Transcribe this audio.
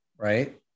right